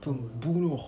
to bunuh